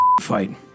fight